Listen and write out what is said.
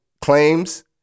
claims